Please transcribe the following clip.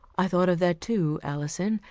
i thought of that, too, alison,